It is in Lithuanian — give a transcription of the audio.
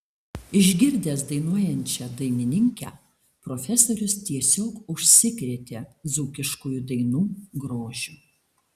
išgirdęs dainuojančią dainininkę profesorius tiesiog užsikrėtė dzūkiškųjų dainų grožiu